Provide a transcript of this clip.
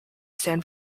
san